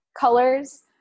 colors